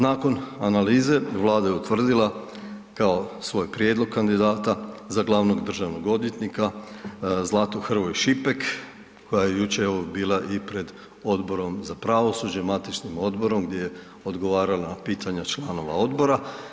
Nakon analize Vlada je utvrdila kao svoj prijedlog kandidata za glavnog državnog odvjetnika Zlatu Hrvoj Šipek koja je jučer bila i pred Odborom za pravosuđe, matičnim odborom gdje je odgovarala na pitanja članova odbora.